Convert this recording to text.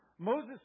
Moses